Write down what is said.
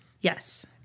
Yes